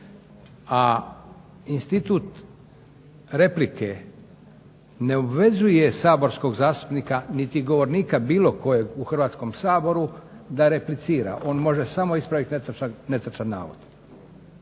A institut replike ne obvezuje saborskog zastupnika niti govornika bilo kojeg u Hrvatskom saboru da replicira. On može samo ispraviti netočan navod,